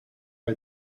how